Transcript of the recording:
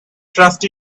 trust